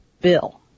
bill